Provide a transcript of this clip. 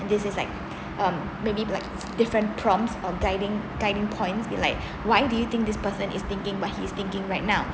this is like um maybe like different proms or guiding guiding points be like why do you think this person is thinking what he is thinking right now